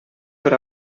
per